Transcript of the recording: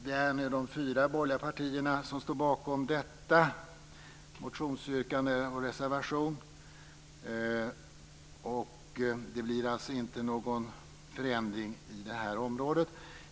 Det är de fyra borgerliga partierna som står bakom detta motionsyrkande och denna reservation, och det blir alltså inte någon förändring på området.